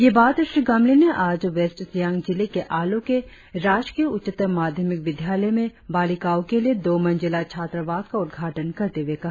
ये बात श्री गामलिन ने आज वेस्ट सियांग जिले के आलों के राजकीय उच्चतर माध्यमिक विद्यालय में बालिकाओं के लिए दो मंजिला छात्रावास का उद्घाटन करते हुए कहा